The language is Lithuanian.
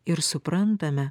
ir suprantame